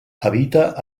habita